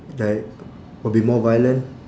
like would be more violent